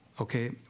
okay